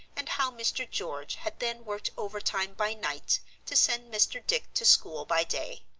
and how mr. george had then worked overtime by night to send mr. dick to school by day.